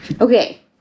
Okay